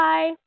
Bye